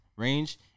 range